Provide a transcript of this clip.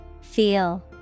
Feel